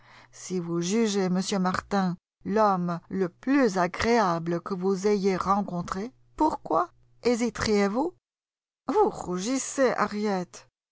si vous jugez m martin l'homme le plus agréable que vous ayez rencontré pourquoi hésiteriez vous vous rougissez harriet